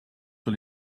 sur